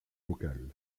local